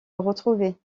retrouvée